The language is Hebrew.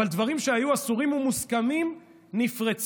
אבל דברים שהיו אסורים ומוסכמים נפרצו.